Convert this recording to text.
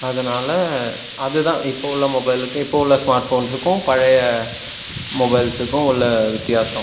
அதனால் அது தான் அப்போ உள்ள மொபைலுக்கும் இப்போ உள்ள ஸ்மார்ட் ஃபோன்ஸுக்கும் பழைய மொபைல்ஸுக்கும் உள்ள வித்தியாசம்